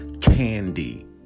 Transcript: candy